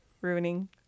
ruining